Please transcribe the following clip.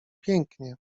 pięknie